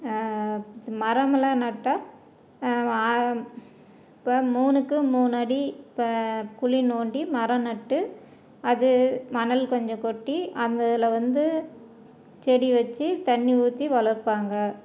மரமெல்லாம் நட்டால் வா இப்போ மூணுக்கு மூணு அடி இப்போ குழி நோண்டி மரம் நட்டு அது மணல் கொஞ்சம் கொட்டி அந்த இதில் வந்து செடி வச்சு தண்ணி ஊற்றி வளர்ப்பாங்க